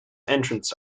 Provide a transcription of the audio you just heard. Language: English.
entrance